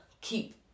keep